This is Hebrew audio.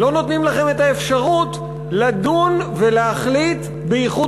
לא נותנים לכם את האפשרות לדון ולהחליט באיחוד